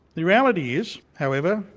the reality is, however,